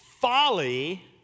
folly